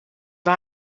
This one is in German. war